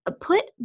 put